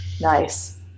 Nice